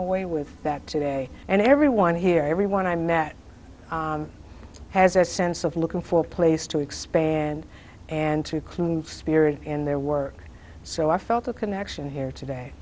away with that today and everyone here everyone i met has a sense of looking for a place to expand and to cling fears in their work so i felt a connection here today